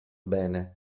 bene